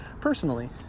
personally